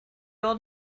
old